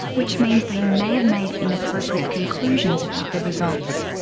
which means they may have made inappropriate conclusions about the results.